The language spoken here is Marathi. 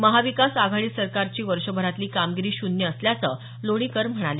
महाविकास आघाडी सरकारची वर्षभरातील कामगिरी शून्य असल्याचं लोणीकर म्हणाले